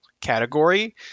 category